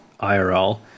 IRL